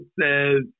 says